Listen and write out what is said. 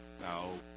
No